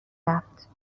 رفت